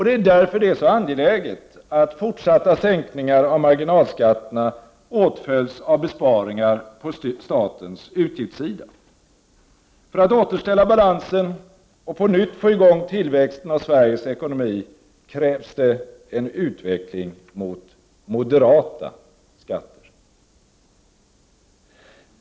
Det är därför det är så angeläget att fortsatta sänkningar av marginalskatterna åtföljs av besparingar på statens utgiftssida. För att återställa balansen och på nytt få i gång tillväxten av Sveriges ekonomi krävs det en utveckling mot moderata skatter.